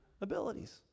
abilities